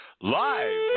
Live